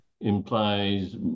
implies